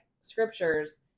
scriptures